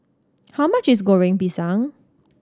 how much is Goreng Pisang